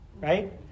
right